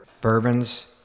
bourbons